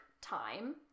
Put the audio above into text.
time